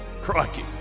Crikey